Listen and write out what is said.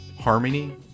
harmony